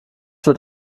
wird